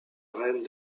reine